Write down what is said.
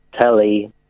telly